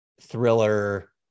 thriller